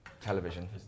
television